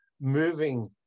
moving